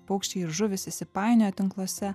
paukščiai žuvys įsipainiojo tinkluose